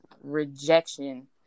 rejection